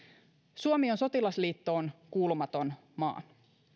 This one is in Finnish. suomi on sotilasliittoon kuulumaton maa